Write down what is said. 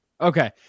Okay